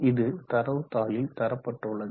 இது தரவுத்தாளில் தரப்பட்டுள்ளது